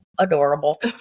Adorable